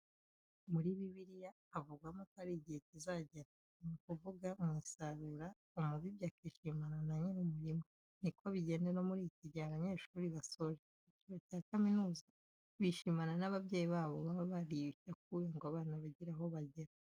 Muri Bibiliya havugwamo ko hari igihe kizagera, ni ukuvuga mu isarura, umubibyi akishimana na nyir'umurima. Niko bigenda no muri iki gihe abanyeshuri basoje icyiciro cya kaminuza bishimana n'ababyeyi babo baba bariyushye akuya ngo abana bagire aho bagera.